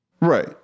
Right